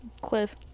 Cliff